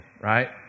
Right